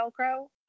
Velcro